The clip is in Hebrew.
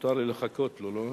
מותר לי לחכות לו, לא?